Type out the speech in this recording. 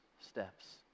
steps